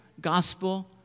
gospel